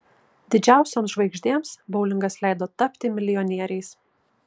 didžiausioms žvaigždėms boulingas leido tapti milijonieriais